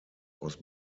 was